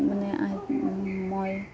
মানে আহি মই